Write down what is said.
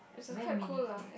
where meaningful